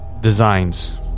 designs